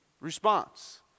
response